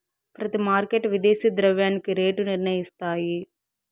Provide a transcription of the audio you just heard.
ప్రతి మార్కెట్ విదేశీ ద్రవ్యానికి రేటు నిర్ణయిస్తాయి